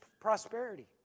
prosperity